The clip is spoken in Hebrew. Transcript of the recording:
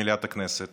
מליאת הכנסת